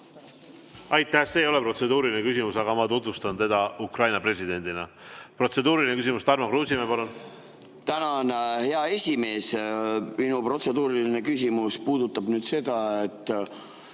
Aitäh! See ei ole protseduuriline küsimus. Aga ma tutvustan teda Ukraina presidendina. Protseduuriline küsimus. Tarmo Kruusimäe, palun! Tänan, hea esimees! Minu protseduuriline küsimus [on selline].